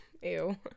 Ew